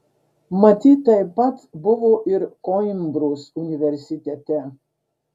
matyt taip pat buvo ir koimbros universitete